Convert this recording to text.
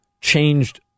changed